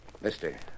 Mister